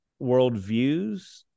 worldviews